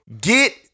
get